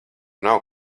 nav